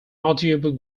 audiobook